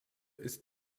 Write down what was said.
ist